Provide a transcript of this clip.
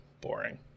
boring